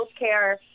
Healthcare